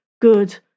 good